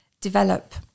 develop